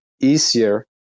easier